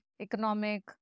economic